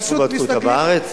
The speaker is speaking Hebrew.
פשוט מסתכלים,